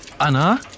Anna